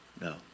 No